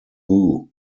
hugh